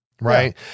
Right